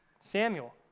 Samuel